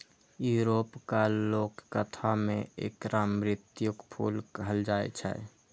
यूरोपक लोककथा मे एकरा मृत्युक फूल कहल जाए छै